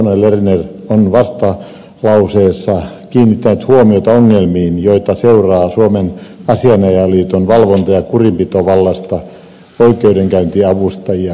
ruohonen lerner on vastalauseessaan kiinnittänyt huomiota ongelmiin joita seuraa suomen asianajajaliiton valvonta ja kurinpitovallasta oikeudenkäyntiavustajia kohtaan